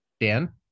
dan